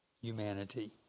humanity